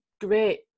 great